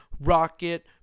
Rocket